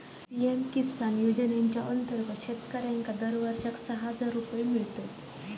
PM Kisan योजनेच्या अंतर्गत शेतकऱ्यांका दरवर्षाक सहा हजार रुपये मिळतत